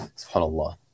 subhanallah